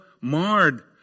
marred